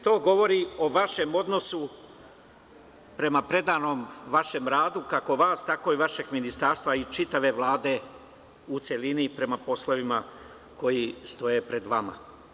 To govori o vašem odnosu prema predanom vašem radu, kako vas, tako i vašeg ministarstva i čitave Vlade u celini, prema poslovima koji stoje pred vama.